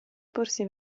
porsi